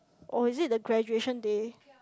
or is it the graduation day